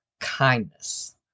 Kindness